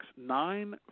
nine